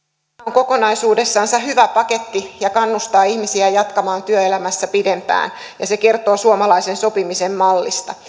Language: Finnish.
kokonaisuudessansa hyvä paketti ja kannustaa ihmisiä jatkamaan työelämässä pidempään ja se kertoo suomalaisen sopimisen mallista